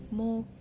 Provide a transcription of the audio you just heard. more